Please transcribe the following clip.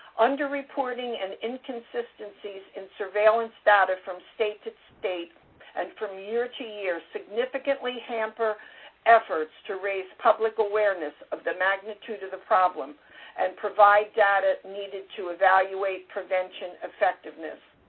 under reporting and inconsistencies in surveillance status from state to state and from year to year significantly hamper efforts to raise public awareness of the magnitude of the problem and provide data needed to evaluate prevention effectiveness.